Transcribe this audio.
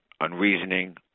unreasoning